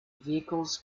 vehicles